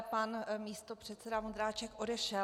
Pan místopředseda Vondráček odešel.